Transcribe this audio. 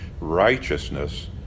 Righteousness